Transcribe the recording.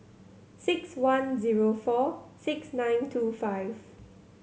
six one zero four six nine two five